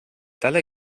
tale